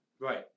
Right